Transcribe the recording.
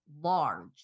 large